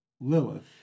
Lilith